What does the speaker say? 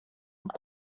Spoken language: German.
und